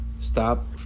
Stop